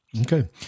Okay